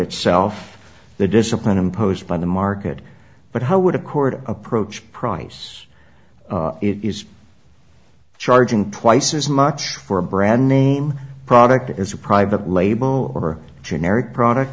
itself the discipline imposed by the market but how would a court approach price it is charging twice as much for a brand name product as a private label or a generic product